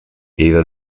either